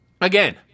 Again